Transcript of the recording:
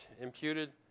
imputed